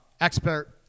expert